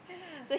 [sial] ah